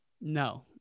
No